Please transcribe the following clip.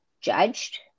judged